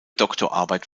doktorarbeit